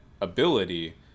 ability